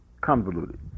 convoluted